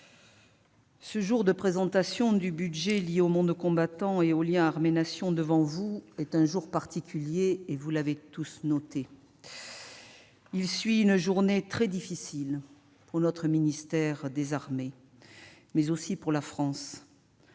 ce jour de présentation devant vous du budget relatif au monde combattant et au lien entre l'armée et la Nation est un jour particulier- vous l'avez tous noté. Il suit une journée très difficile pour notre ministère des armées, mais aussi pour la France,